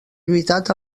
lluitat